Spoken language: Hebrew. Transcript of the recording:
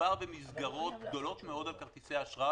מדובר במסגרות גדולות מאוד על כרטיסי האשראי,